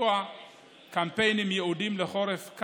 וביצוע קמפיינים ייעודיים לחורף,